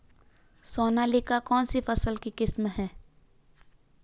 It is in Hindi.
सोनालिका कौनसी फसल की किस्म है?